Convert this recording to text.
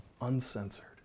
uncensored